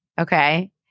Okay